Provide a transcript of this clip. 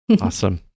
Awesome